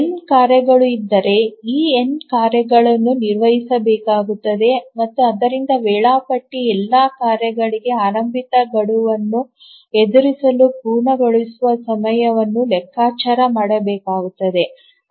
N ಕಾರ್ಯಗಳು ಇದ್ದರೆ ಈ n ಕಾರ್ಯಗಳನ್ನು ನಿರ್ವಹಿಸಬೇಕಾಗಿರುತ್ತದೆ ಮತ್ತು ಆದ್ದರಿಂದ ವೇಳಾಪಟ್ಟಿ ಎಲ್ಲಾ ಕಾರ್ಯಗಳಿಗೆ ಆರಂಭಿಕ ಗಡುವನ್ನು ಎದುರಿಸಲು ಪೂರ್ಣಗೊಳಿಸುವ ಸಮಯವನ್ನು ಲೆಕ್ಕಾಚಾರ ಮಾಡಬೇಕಾಗುತ್ತದೆ